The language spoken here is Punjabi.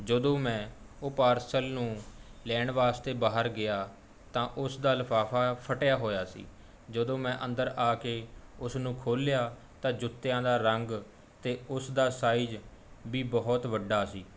ਜਦੋਂ ਮੈਂ ਉਹ ਪਾਰਸਲ ਨੂੰ ਲੈਣ ਵਾਸਤੇ ਬਾਹਰ ਗਿਆ ਤਾਂ ਉਸਦਾ ਲਿਫ਼ਾਫ਼ਾ ਫਟਿਆ ਹੋਇਆ ਸੀ ਜਦੋਂ ਮੈਂ ਅੰਦਰ ਆ ਕੇ ਉਸਨੂੰ ਖੋਲ੍ਹਿਆ ਤਾਂ ਜੁੱਤਿਆਂ ਦਾ ਰੰਗ ਅਤੇ ਉਸਦਾ ਸਾਈਜ਼ ਵੀ ਬਹੁਤ ਵੱਡਾ ਸੀ